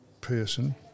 person